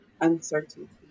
uncertainty